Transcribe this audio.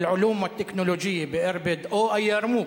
אל-עלום אל-תכנולוג'יה באירביד או אל-ירמוכ.